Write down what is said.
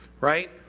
right